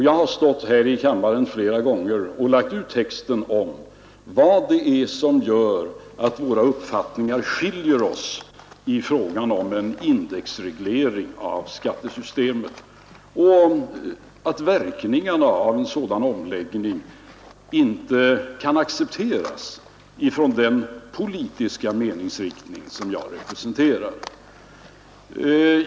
Jag har stått här i kammaren flera gånger och lagt ut texten om vad det är som gör att våra uppfattningar skiljer sig i fråga om en indexreglering av skattesystemet och om att verkningarna av en sådan omläggning inte kan accepteras från den politiska meningsriktning som jag representerar.